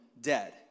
dead